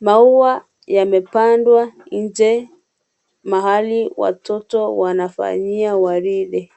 maua yamepandwa nje mahali watoto wanafanyia uhariri.